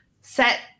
set